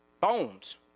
bones